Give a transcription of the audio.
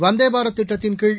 வந்தே பாரத் திட்டத்தின்கீழ்